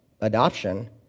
adoption